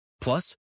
Plus